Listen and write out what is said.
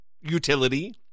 utility